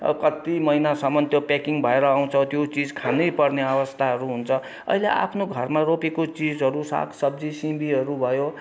कति महिनासम्म त्यो प्याकिङ भएर आउँछ त्यो चिज खानै पर्ने अवस्थाहरू हुन्छ अहिले आफ्नो घरमा रोपेको चिजहरू सागसब्जी सिमीहरू भयो